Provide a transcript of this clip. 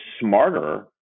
smarter